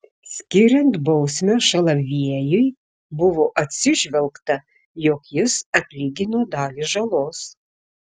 skiriant bausmę šalaviejui buvo atsižvelgta jog jis atlygino dalį žalos